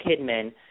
Kidman